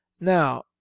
now